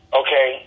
okay